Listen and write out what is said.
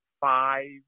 five